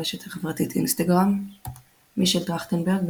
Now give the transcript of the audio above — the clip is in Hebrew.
ברשת החברתית אינסטגרם מישל טרכטנברג,